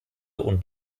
und